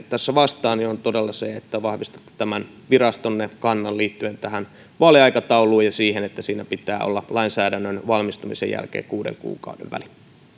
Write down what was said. tässä vastaavan on todella se että vahvistatte tämän virastonne kannan liittyen tähän vaaliaikatauluun ja siihen että siinä pitää olla lainsäädännön valmistumisen jälkeen kuuden kuukauden väli